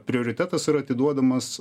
prioritetas yra atiduodamas